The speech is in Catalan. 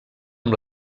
amb